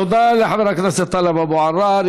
תודה לחבר הכנסת טלב אבו עראר.